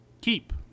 Keep